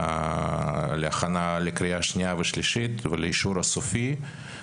להכנה לקריאה שניה ושלישית ולאישור הסופי.